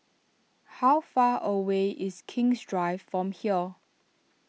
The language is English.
how far away is King's Drive from here